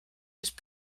use